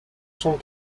sont